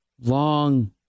long